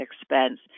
expense